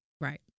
Right